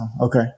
okay